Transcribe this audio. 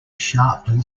sharply